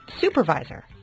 supervisor